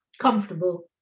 comfortable